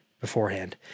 beforehand